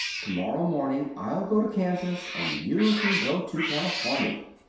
tomorrow morning i'll go to kansas and you can go to californy.